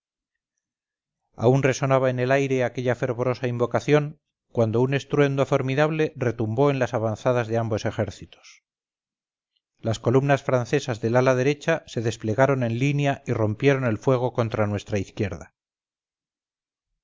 aún resonaba en el aire aquella fervorosa invocación cuando un estruendo formidable retumbó en las avanzadas de ambos ejércitos las columnas francesas del ala derecha se desplegaron en línea y rompieron el fuego contra nuestra izquierda